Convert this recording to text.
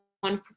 one